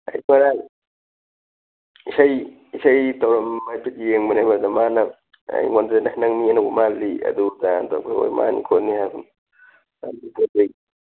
ꯏꯁꯩ ꯏꯁꯩ ꯇꯧꯔꯝꯕ ꯍꯥꯏꯐꯦꯠ ꯌꯦꯡꯕꯅꯦ ꯑꯗꯨꯗ ꯃꯥꯅ ꯑꯩꯉꯣꯟꯗ ꯑꯦ ꯅꯪ ꯃꯤ ꯑꯅꯧꯕ ꯃꯥꯜꯂꯤ ꯑꯗꯨ ꯑꯗꯥ ꯍꯥꯏꯅ ꯇꯧꯔꯛꯄꯗꯨꯗ ꯍꯣꯏ ꯃꯥꯅꯤ ꯈꯣꯠꯅꯤ ꯍꯥꯏꯕ